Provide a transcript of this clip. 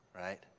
right